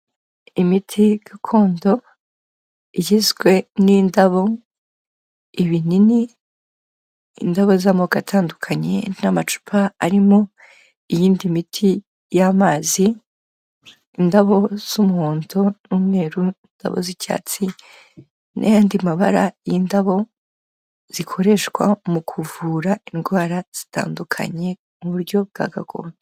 Imiti gakondo igizwe n'indabo, ibinini, indabo z'amoko atandukanye n'amacupa arimo iyindi miti y'amazi ,indabo z'umuhondo n'umweru, indabo z'icyatsi n'ayandi mabara y'indabo zikoreshwa mu kuvura indwara zitandukanye mu buryo bwa gakondo.